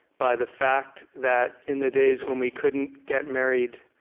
by the fact that in the days when we couldn't get married,